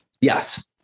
Yes